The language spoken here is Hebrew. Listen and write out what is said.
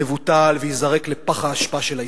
יבוטל וייזרק לפח האשפה של ההיסטוריה.